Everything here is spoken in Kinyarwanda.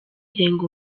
irenga